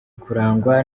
kurangwa